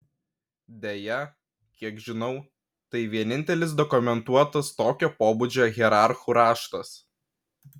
deja kiek žinau tai vienintelis dokumentuotas tokio pobūdžio hierarchų raštas